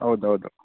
ಹೌದು ಹೌದು